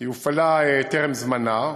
הופעלה טרם זמנה,